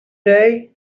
day